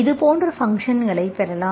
இது போன்ற ஃபங்க்ஷன்களை பெறலாம்